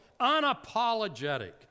unapologetic